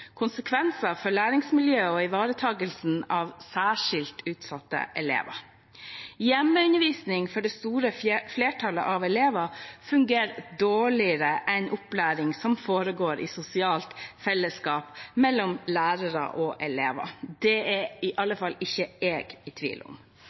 konsekvenser for læringsmiljøet og ivaretakelsen av særskilt utsatte elever. Hjemmeundervisning for det store flertallet av elever fungerer dårligere enn opplæring som foregår i et sosialt fellesskap mellom lærere og elever. Det er i